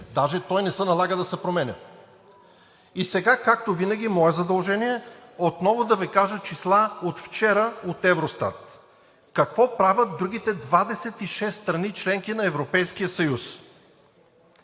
даже той не се налага да се променя. И сега, както винаги, е мое задължение отново да Ви кажа числата на Евростат от вчера – какво правят другите 26 страни – членки на Европейския съюз: